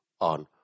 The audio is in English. on